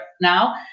now